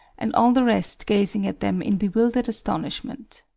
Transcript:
and all the rest gazing at them in bewildered astonishment.